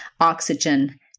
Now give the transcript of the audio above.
oxygen